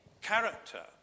character